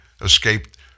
escaped